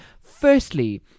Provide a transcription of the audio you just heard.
firstly